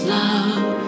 love